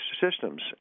systems